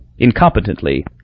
incompetently